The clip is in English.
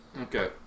Okay